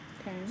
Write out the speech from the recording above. Okay